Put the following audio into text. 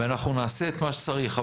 אנחנו נעשה את מה שצריך,